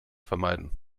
vermeiden